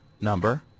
number